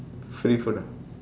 free food ah